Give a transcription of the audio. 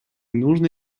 нужно